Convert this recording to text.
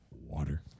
Water